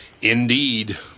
Indeed